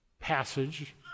passage